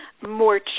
more